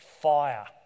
fire